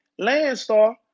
Landstar